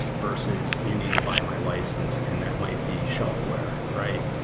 versus you need to buy my license, and that might be shelfware right?